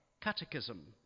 catechism